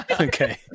okay